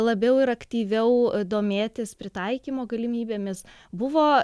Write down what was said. labiau ir aktyviau domėtis pritaikymo galimybėmis buvo